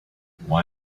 why